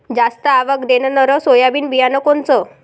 जास्त आवक देणनरं सोयाबीन बियानं कोनचं?